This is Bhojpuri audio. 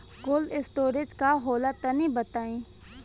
कोल्ड स्टोरेज का होला तनि बताई?